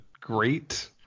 great